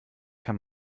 kann